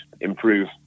improve